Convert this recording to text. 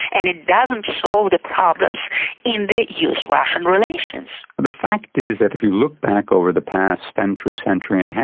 and it doesn't solve the problems in the us russian relations. the fact is that if you look back over the past century, century and